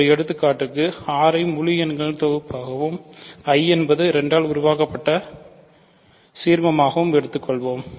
ஒரு எடுத்துக்காட்டுக்கு R ஐ முழு எண்களின் தொகுப்பாகவும் I என்பது 2 ஆல் உருவாக்கப்பட்ட சீர்மமாகவும் எடுத்துக்கொள்வோம்